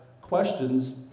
questions